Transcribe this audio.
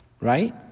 right